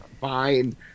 fine